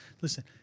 Listen